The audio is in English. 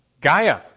Gaia